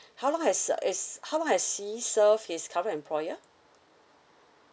how long has uh is how long has he served his current employer